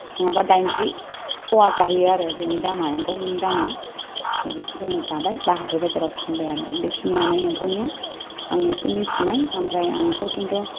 नङाबा दाइनजि फवा जाहैयो आरो बेनि दामा एम्फौनि दामा ओमफाय बेखौ जोङो जाबाय बा हाथाय बाजाराव फानबाय आरो बेखिनियानो एम्फौनिया आं एसे मिन्थिनाय ओमफ्राय आंथ' खिन्थु